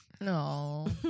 No